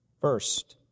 first